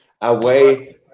away